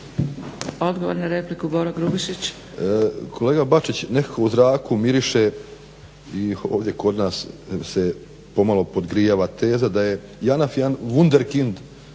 Odgovor na repliku, Boro Grubišić.